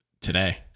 today